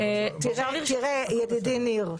ידידי ניר,